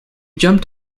jumped